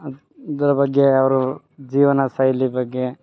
ಅದು ಇದ್ರ ಬಗ್ಗೆ ಅವರ ಜೀವನ ಶೈಲಿ ಬಗ್ಗೆ